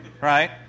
right